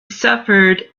suffered